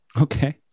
Okay